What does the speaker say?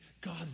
God